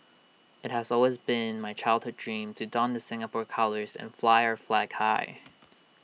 IT has always been my childhood dream to don the Singapore colours and fly our flag high